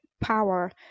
power